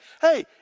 Hey